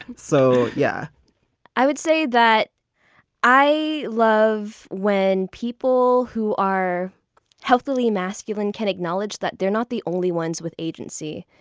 so, yeah i would say that i love when people, who are healthily masculine, can acknowledge that they're not the only ones with agency.